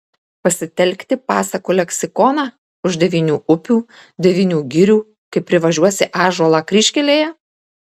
pasitelkti pasakų leksikoną už devynių upių devynių girių kai privažiuosi ąžuolą kryžkelėje